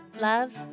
love